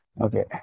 Okay